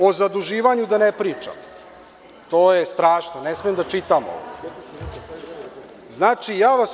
O zaduživanju da ne pričam, to je strašno, ne smem da čitam ovo.